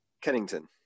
Kennington